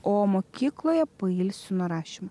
o mokykloje pailsiu nuo rašymo